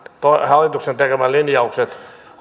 hallituksen tekemät linjaukset